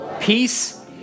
peace